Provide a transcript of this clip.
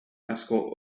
mascot